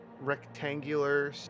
rectangular